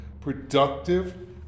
productive